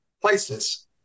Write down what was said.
places